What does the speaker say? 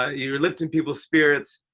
ah you're lifting people's spirits.